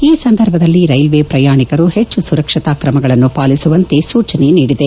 ಈ ಸಂದರ್ಭದಲ್ಲಿ ರೈಲ್ವೆ ಪ್ರಯಾಣಿಕರು ಹೆಚ್ಚು ಸುರಕ್ಷತಾ ಕ್ರಮಗಳನ್ನು ಪಾಲಿಸುವಂತೆ ಸೂಚನೆ ನೀಡಿದೆ